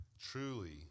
Truly